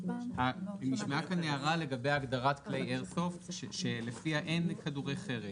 עמדתכם לגבי ההערה לעניין כדורי חרס?